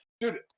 Dude